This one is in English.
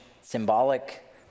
symbolic